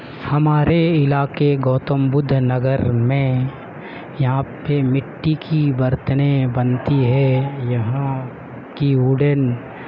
ہمارے علاقے گوتم بدھ نگر میں یہاں پہ مٹی کی برتنیں بنتی ہے یہاں کی ووڈن